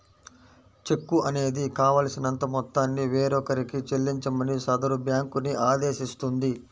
చెక్కు అనేది కావాల్సినంత మొత్తాన్ని వేరొకరికి చెల్లించమని సదరు బ్యేంకుని ఆదేశిస్తుంది